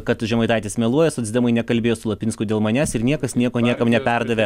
kad žemaitaitis meluoja socdemai nekalbėjo su lapinsku dėl manęs ir niekas nieko niekam neperdavė